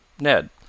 Ned